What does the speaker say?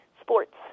sports